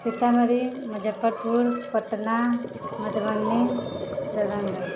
Sitamarhi Muzaffarpur Patna Madhubani Darbhanga